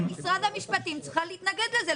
משרד המשפטים צריך להתנגד לזה,